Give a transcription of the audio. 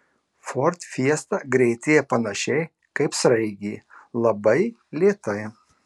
ford fiesta greitėja panašiai kaip sraigė labai lėtai